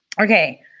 Okay